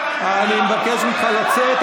אני מבקש ממך לצאת,